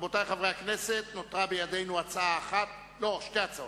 רבותי חברי הכנסת, נותרו בידינו שתי הצעות.